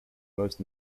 most